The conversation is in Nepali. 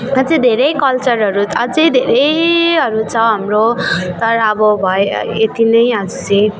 यहाँ चाहिँ धेरै कल्चरहरू अझै धेरैहरू छ हाम्रो तर अब भए यति नै आज चाहिँ